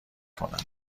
کنم